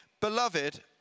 Beloved